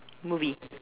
movie